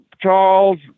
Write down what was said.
Charles